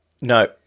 No